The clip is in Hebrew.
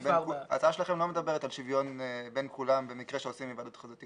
ההצעה שלכם לא מדברת על שוויון בין כולם במקרה שעושים היוועדות חזותית.